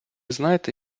знаєте